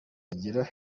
bagira